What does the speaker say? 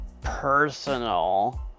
personal